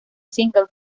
single